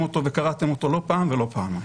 אותו וקראתם אותו לא פעם ולא פעמיים.